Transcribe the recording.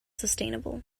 sustainable